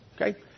okay